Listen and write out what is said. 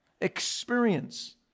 experience